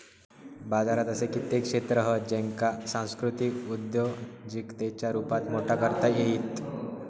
बाजारात असे कित्येक क्षेत्र हत ज्येंका सांस्कृतिक उद्योजिकतेच्या रुपात मोठा करता येईत